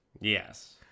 Yes